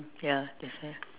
ya that's why